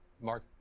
Mark